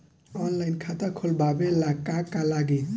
Online खाता खोलबाबे ला का का लागि?